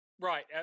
Right